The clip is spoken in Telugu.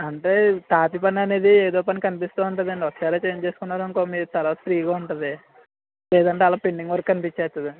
అంటే తాపీపని అనేది ఏదో పని కనిపిస్తూ ఉంటదండి ఒక్కసారే చేయించేసుకున్నారనుకో మీరు తరవాత ఫ్రీగా ఉంటుంది లేదంటే అలా పెండింగ్ వర్క్ కనిపించేస్తుదండి